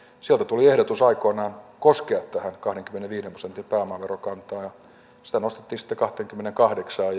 sieltä tuli ehdotus aikoinaan koskea tähän kahdenkymmenenviiden prosentin pääomaverokantaan sitä nostettiin sitten kahteenkymmeneenkahdeksaan